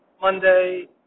Monday